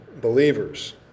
believers